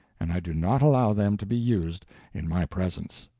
and i do not allow them to be used in my presence.